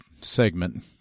segment